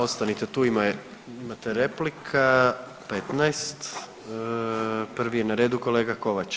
Ostanite tu imate replika 15, prvi je na redu kolega Kovač.